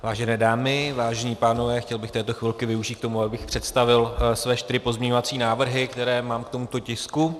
Vážené dámy, vážení pánové, chtěl bych této chvilky využít k tomu, abych představil své čtyři pozměňovací návrhy, které mám k tomuto tisku.